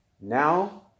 Now